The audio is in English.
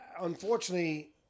unfortunately